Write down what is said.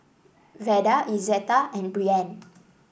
Vada Izetta and Brianne